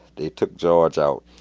they took george out,